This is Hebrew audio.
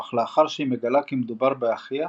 אך לאחר שהיא מגלה כי מדובר באחיה,